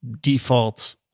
default